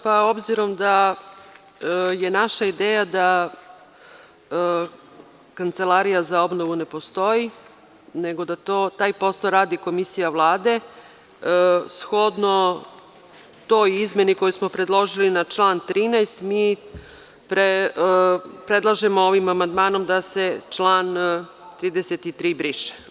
Pa, obzirom da je naša ideja da Kancelarija za obnovu ne postoji, nego da to taj posao radi komisija Vlade, shodno toj izmeni koju smo predložili na član 13. mi predlažemo ovim amandmanom da se član 33. briše.